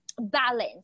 balance